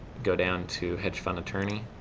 go down to hedge fund attorney.